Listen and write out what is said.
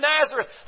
Nazareth